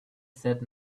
said